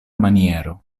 maniero